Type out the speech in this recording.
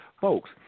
Folks